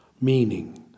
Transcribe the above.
meaning